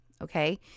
Okay